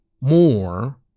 more